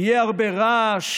יהיה הרבה רעש,